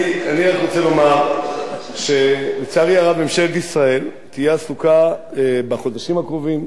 אני רק רוצה לומר שלצערי הרב ממשלת ישראל תהיה עסוקה בחודשים הקרובים,